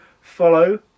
follow